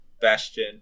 Bastion